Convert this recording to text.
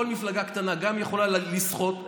כל מפלגה קטנה גם יכולה לסחוט,